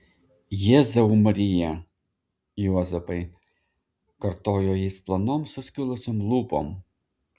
jėzau marija juozapai kartojo jis plonom suskilusiom lūpom